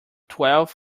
twelve